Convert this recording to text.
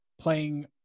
playing